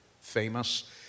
famous